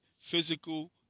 physical